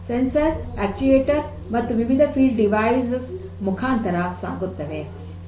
ನಂತರ P L C ನಿಂದ ಸಂವೇದಕಗಳು ಅಕ್ಟುಯೆಟರ್ ಮತ್ತು ವಿವಿಧ ಫೀಲ್ಡ್ ಡೆವಿಸ್ಸ್ ಮುಖಾಂತರ ಸಾಗುತ್ತವೆ